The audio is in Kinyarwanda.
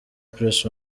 press